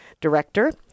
director